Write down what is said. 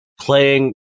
Playing